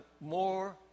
more